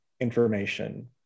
information